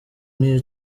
n’iya